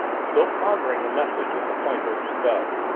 still pondering the message that the pointer had spelled.